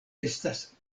estas